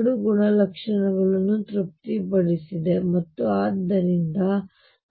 ಎರಡೂ ಗುಣಲಕ್ಷಣಗಳನ್ನು ತೃಪ್ತಿಪಡಿಸಿದೆ ಮತ್ತು ಆದ್ದರಿಂದ